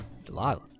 Delilah